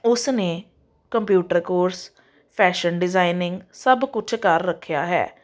ਉਸ ਨੇ computer course fashion designing ਸਭ ਕੁਛ ਕਰ ਰੱਖਿਆ ਹੈ